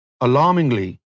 alarmingly